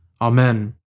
Amen